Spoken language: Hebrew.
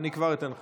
אני כבר אענה לך.